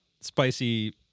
spicy